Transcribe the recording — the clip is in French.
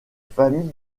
famille